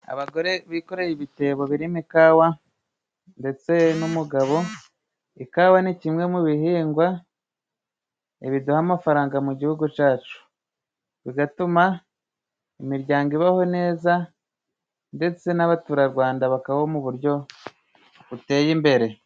Abagore bikoreye ibitebo birimo ikawa ndetse n'umugabo. Ikawa ni kimwe mu bihingwa biduha amafaranga mu Gihugu cyacu. Bigatuma imiryango ibaho neza ndetse n'abaturarwanda bakabaho mu buryo buteye imbere.